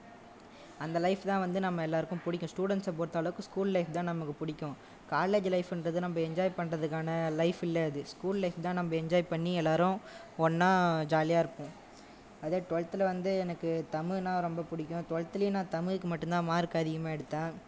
அந்த லைஃப் தான் வந்து நம்ம எல்லாருக்கும் பிடிக்கும் ஸ்டூடெண்ட்ஸ் பொறுத்தளவுக்கு ஸ்கூல் லைஃப் தான் நமக்கு பிடிக்கும் காலேஜ் லைஃபின்றது நம்ம என்ஜாய் பண்ணுறதுக்கான லைஃப் இல்லை அது ஸ்கூல் லைஃப் தான் நம்ம என்ஜாய் பண்ணி எல்லாரும் ஒன்னாக ஜாலியாக இருப்போம் அதே டுவல்த்தில் வந்து எனக்கு தமிழ்னா ரொம்ப பிடிக்கும் டுவல்த்திலேயும் நான் தமிழ்க்கு மட்டும் தான் மார்க் அதிகமாக எடுத்தேன்